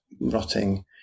rotting